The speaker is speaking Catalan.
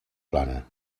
plana